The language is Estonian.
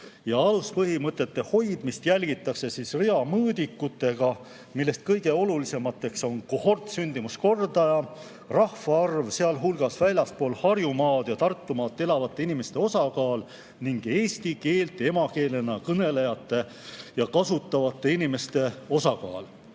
Aluspõhimõtete hoidmist jälgitakse rea mõõdikutega, millest kõige olulisemad on kohortsündimuskordaja, rahvaarv, sealhulgas väljaspool Harjumaad ja Tartumaad elavate inimeste osakaal, ning eesti keelt emakeelena kõnelevate ja kasutavate inimeste osakaal.